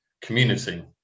community